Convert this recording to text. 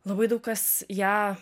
labai daug kas ją